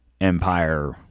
empire